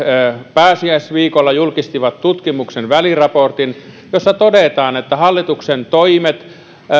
pääsiäisviikolla tutkimuksen väliraportin jossa todetaan että hallituksen toimet